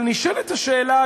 אבל נשאלת השאלה,